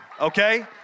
okay